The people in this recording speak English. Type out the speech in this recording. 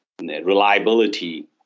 reliability